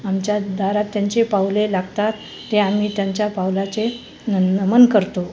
आमच्या दारात त्यांचे पाऊले लागतात ते आम्ही त्यांच्या पावलाचे न नमन करतो